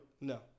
no